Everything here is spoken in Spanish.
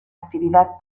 actividad